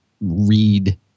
read